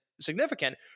significant